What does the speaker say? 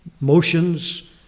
Motions